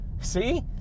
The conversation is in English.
See